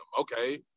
okay